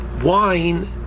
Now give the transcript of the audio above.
wine